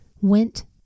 went